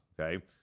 okay